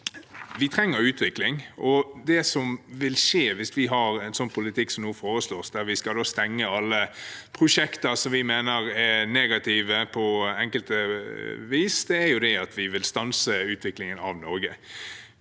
Vi trenger utvikling. Det som vil skje med en sånn politikk som nå foreslås, der man skal stenge alle prosjekter man mener er negative på enkelte vis, er at man vil stanse utviklingen av Norge.